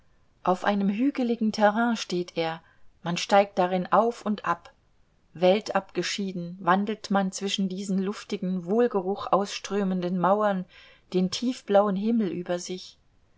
auf einem hügeligen terrain steht er man steigt darin auf und ab weltabgeschieden wandelt man zwischen diesen luftigen wohlgeruch ausströmenden mauern den tiefblauen himmel über sich